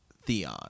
Theon